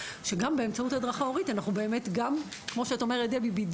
שגם באמצעות הדרכה הורית אנחנו באמת גם כמו שאת אומרת דבי,